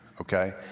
Okay